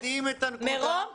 מירום,